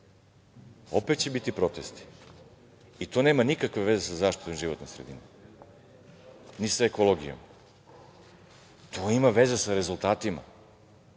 opet će biti protesti i to nema nikakve veze sa zaštitom životne sredine, ni sa ekologijom. To ima veze sa rezultatima.